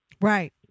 right